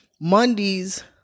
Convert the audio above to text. Mondays